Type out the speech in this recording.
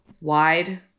wide